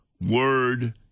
word